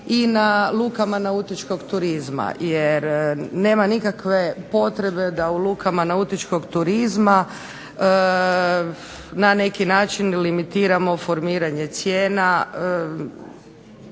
i na lukama nautičkog turizma jer nema nikakve potrebe da u lukama nautičkog turizma na neki način limitiramo formiranje cijena,